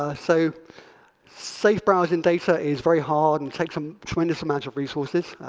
ah so safe browsing data is very hard and takes some tremendous amounts of resources,